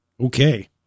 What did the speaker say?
Okay